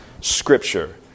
scripture